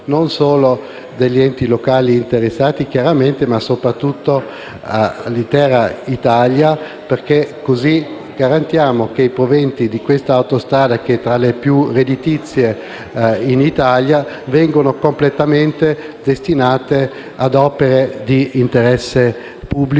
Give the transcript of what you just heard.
degli enti locali interessati, ma anche dell'intera Italia, perché così garantiamo che i proventi di questa autostrada, che è tra le più redditizie in Italia, vengano completamente destinati a opere di interesse pubblico,